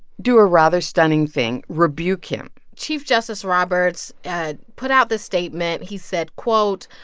do a rather stunning thing rebuke him chief justice roberts and put out this statement. he said, quote,